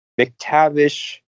McTavish